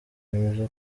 bemeza